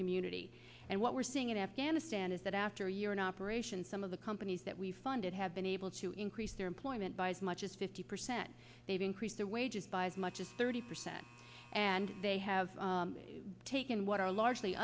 community and what we're seeing in afghanistan is that after a year in operation some of the companies that we've funded have been able to increase their employment by as much as fifty percent they've increased their wages by as much as thirty percent and they have taken what are largely